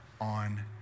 on